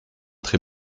très